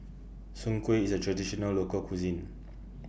Soon Kueh IS A Traditional Local Cuisine